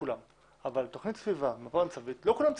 לכולם אבל תוכנית סביבה, לא כולם צריכים.